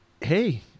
hey